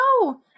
No